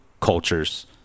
cultures